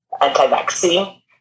anti-vaccine